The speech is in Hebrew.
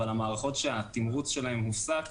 אבל המערכות שהתמרוץ שלהן הופסק